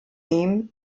ihm